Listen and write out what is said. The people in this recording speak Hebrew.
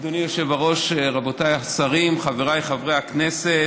אדוני היושב-ראש, רבותיי השרים, חבריי חברי הכנסת,